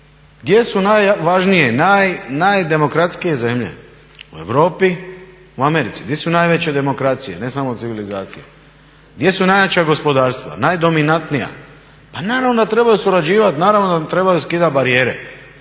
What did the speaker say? gdje su najvažnije, najdemokratskije zemlje? U Europi, u Americi. Gdje su najveće demokracije ne samo civilizacije? Gdje su najjača gospodarstva, najdominantnija? Pa naravno da trebaju surađivati, naravno da trebaju skidati barijere.